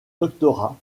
doctorat